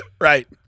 Right